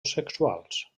sexuals